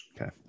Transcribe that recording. Okay